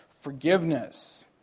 forgiveness